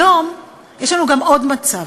היום יש לנו גם עוד מצב,